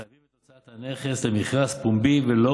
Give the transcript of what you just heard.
מחייבים את הוצאת הנכס למכרז פומבי ולא